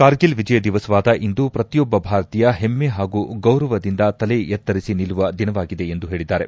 ಕಾರ್ಗಿಲ್ ವಿಜಯ ದಿವಸವಾದ ಇಂದು ಪ್ರತಿಯೊಬ್ಬ ಭಾರತೀಯ ಹೆಮ್ಮೆ ಹಾಗೂ ಗೌರವದಿಂದ ತಲೆ ಎತ್ತರಿಶಿ ನಿಲ್ಲುವ ದಿನವಾಗಿದೆ ಎಂದು ಹೇಳಿದ್ದಾರೆ